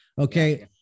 Okay